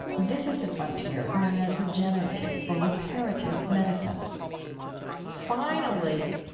this is the frontier known as regenerative or reparative medicine finally,